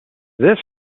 this